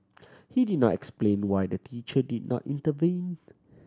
he did not explain why the teacher did not intervene